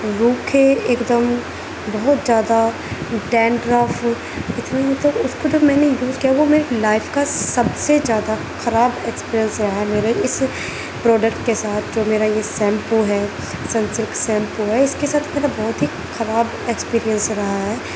روکھے ایک دم بہت زیادہ ڈینڈرف اتنے مطلب اس کو تو میں نے یوز کیا وہ میرے لائف کا سب سے زیادہ خراب اکسپرئنس رہا ہے میرے اس پروڈکٹ کے ساتھ جو میرا یہ سیمپو ہے سن سلک سیمپو ہے اس کے ساتھ میرا بہت ہی خراب اکسپرئنس رہا ہے